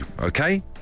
okay